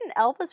Elvis